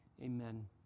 Amen